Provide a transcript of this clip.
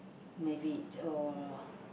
maybe or